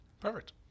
Perfect